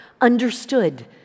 understood